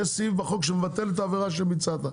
יש סעיף בחוק שמבטל את העבירה שביצעת.